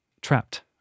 Trapped